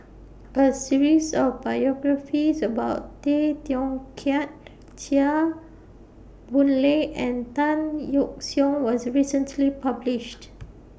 A series of biographies about Tay Teow Kiat Chua Boon Lay and Tan Yeok Seong was recently published